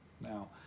Now